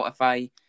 Spotify